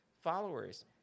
followers